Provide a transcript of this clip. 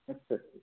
अच्छा सर